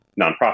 nonprofit